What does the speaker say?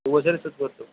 দুবছরে শোধ করে দেবো